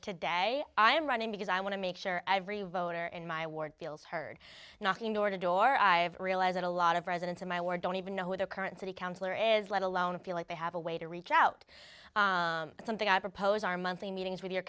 today i am running because i want to make sure every voter in my ward feels heard knocking door to door i realize that a lot of residents in my ward don't even know who the current city councilor is let alone feel like they have a way to reach out and something i propose our monthly meetings with your